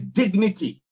dignity